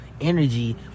energy